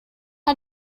how